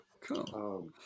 Cool